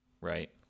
right